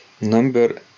number